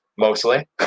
mostly